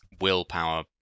willpower